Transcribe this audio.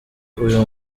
uyu